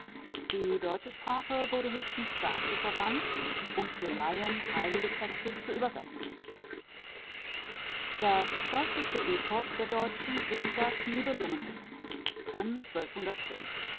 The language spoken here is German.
die deutsche sprache wurde höchstens dazu verwandt um dem laien heilige texte zu übersetzen das stolzeste epos der deutschen ist das nibelungenlied